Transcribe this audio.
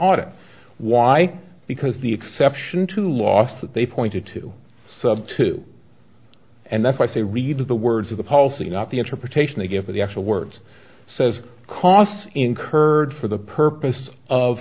audit why because the exception to last that they pointed to sub to and that's i say read the words of the policy not the interpretation they give the actual words says costs incurred for the purpose of